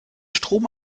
strom